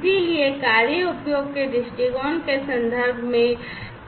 इसलिए कार्य उपयोग के दृष्टिकोण के संदर्भ में है